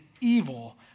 evil